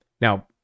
now